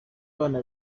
abana